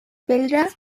bilder